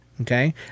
Okay